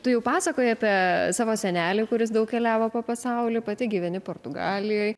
tu jau pasakojai apie savo senelį kuris daug keliavo po pasaulį pati gyveni portugalijoj